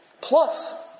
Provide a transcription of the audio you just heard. Plus